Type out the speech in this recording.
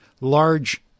large